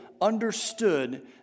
understood